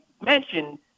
mentioned